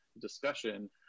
discussion